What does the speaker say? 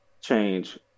change